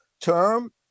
term